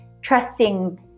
trusting